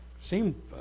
seem